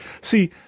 See